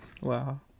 Wow